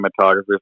cinematographers